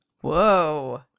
Whoa